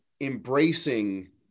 embracing